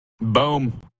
Boom